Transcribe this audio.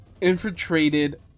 infiltrated